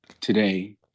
today